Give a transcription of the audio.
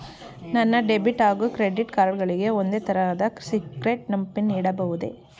ನನ್ನ ಡೆಬಿಟ್ ಹಾಗೂ credit card ಗಳಿಗೆ ಒಂದೇ ತರಹದ ಸೀಕ್ರೇಟ್ ಪಿನ್ ಇಡಬಹುದೇ?